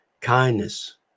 Kindness